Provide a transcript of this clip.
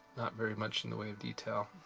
not very much in the way of detail.